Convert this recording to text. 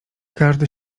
każdy